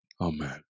amen